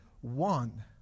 one